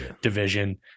division